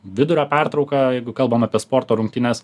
vidurio pertrauką jeigu kalbam apie sporto rungtynes